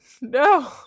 No